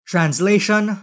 Translation